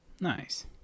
Nice